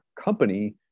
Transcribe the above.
company